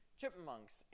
chipmunks